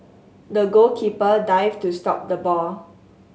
the goalkeeper dived to stop the ball